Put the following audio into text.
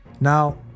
Now